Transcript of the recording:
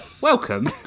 Welcome